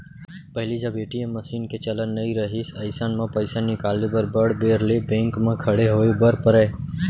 पहिली जब ATM machine के चलन नइ रहिस अइसन म पइसा निकाले बर बड़ बेर ले बेंक म खड़े होय बर परय